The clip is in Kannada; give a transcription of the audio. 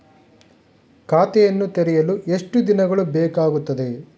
ಖಾತೆಯನ್ನು ತೆರೆಯಲು ಎಷ್ಟು ದಿನಗಳು ಬೇಕಾಗುತ್ತದೆ?